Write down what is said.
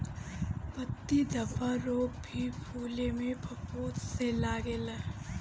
पत्ती धब्बा रोग भी फुले में फफूंद से लागेला